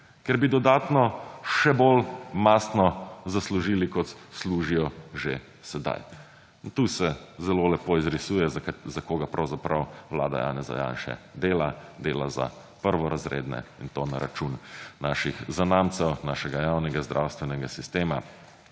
ker bi dodatno še bolj mastno zaslužili kot služijo že sedaj in tukaj se zelo lepo izrisuje za koga pravzaprav vlada Janeza Janše dela. Dela za prvorazredne in to na račun naših zanamcev, našega javnega zdravstvenega sistema